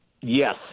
Yes